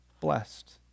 blessed